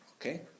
okay